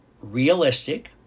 realistic